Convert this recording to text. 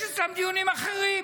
יש אצלם דיונים אחרים.